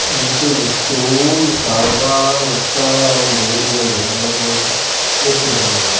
ಮುಂಚೆ ಎಷ್ಟೊಂದು ಸಾವಿರಾರು ಲಕ್ಷ ಒಂದು ಊರುಗಳಿಗೆ ಬಸ್ಗಳು ಇರ್ತಿರಲಿಲ್ಲ